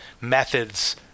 methods